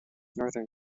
northern